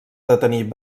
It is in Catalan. detenir